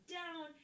down